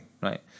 Right